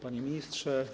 Panie Ministrze!